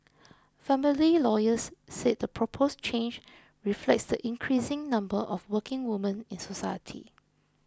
family lawyers said the proposed change reflects the increasing number of working women in society